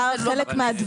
הוא כבר חלק מהתכנית.